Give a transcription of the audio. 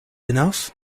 enough